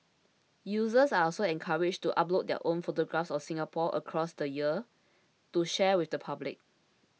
users are also encouraged to upload their own photographs of Singapore across the years to share with the public